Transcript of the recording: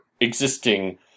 existing